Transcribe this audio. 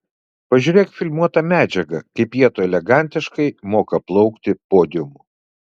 pažiūrėk filmuotą medžiagą kaip jiedu elegantiškai moka plaukti podiumu